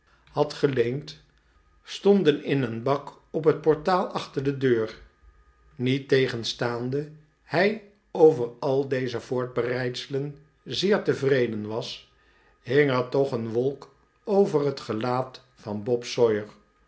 leend stonden in een bak op het portaal achter de deur niettegenstaande hij over al deze voorbereidselen zeer tevreden was hing er toch een wolk over het gel a at van bob